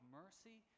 mercy